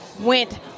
went